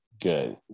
good